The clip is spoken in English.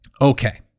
okay